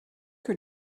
que